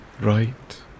right